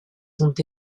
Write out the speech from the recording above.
sont